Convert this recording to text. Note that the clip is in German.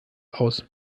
aus